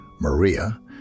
Maria